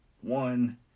one